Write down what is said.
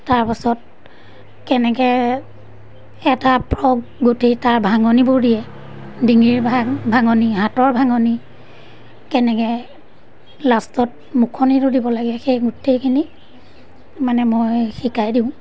তাৰপাছত কেনেকৈ এটা ফ্ৰক গুঠি তাৰ ভাঙনিবোৰ দিয়ে ডিঙিৰ ভাঙনি হাতৰ ভাঙনি কেনেকৈ লাষ্টত মুখনিটো দিব লাগে সেই গোটেইখিনি মানে মই শিকাই দিওঁ